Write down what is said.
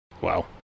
Wow